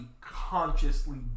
consciously